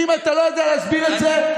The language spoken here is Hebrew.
ואם אתה לא יודע להסביר את זה,